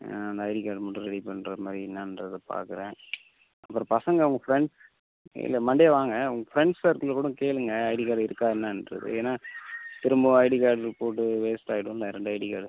ஆ அந்த ID card மட்டும் ready பண்ணுற மாதிரி என்னான்றதை பார்க்குறேன் அப்புறம் பசங்கள் உங்க ஃப்ரண்ட்ஸ் இல்லை மண்டே வாங்க உங்கள் ஃப்ரண்ட்ஸ் சர்க்குளில் கூடோ கேளுங்கள் ஐடி கார்ட் இருக்கா என்னன்றது ஏன்னால் திரும்பவும் ஐடி கார்டு போட்டு வேஸ்ட் ஆயிடும்லை ரெண்டு ஐடி கார்டு